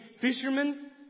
fishermen